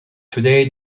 today